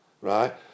right